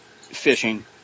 fishing